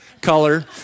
color